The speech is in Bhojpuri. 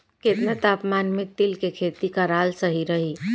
केतना तापमान मे तिल के खेती कराल सही रही?